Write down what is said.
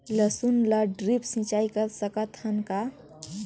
लसुन ल ड्रिप सिंचाई कर सकत हन का?